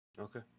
Okay